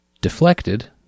deflected